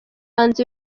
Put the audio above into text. hanze